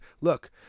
Look